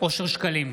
אושר שקלים,